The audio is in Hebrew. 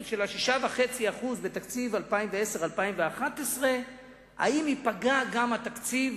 של 6.5% בתקציב 2011-2010 ייפגע גם התקציב